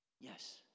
Yes